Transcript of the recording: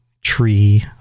tree